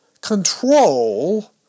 control